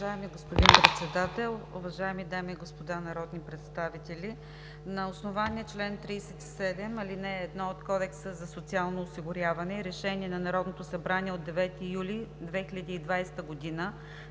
Уважаеми господин Председател, уважаеми дами и господа народни представители! На основание чл. 37, ал. 1 от Кодекса за социално осигуряване и Решение на Народното събрание от 9 юли 2020 г. за